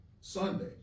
Sunday